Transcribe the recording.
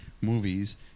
movies